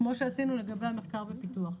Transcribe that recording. כמו שעשינו לגבי מחקר ופיתוח.